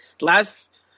last